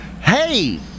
hey